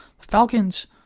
Falcons